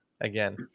again